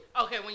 Okay